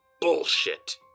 bullshit